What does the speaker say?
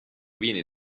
viene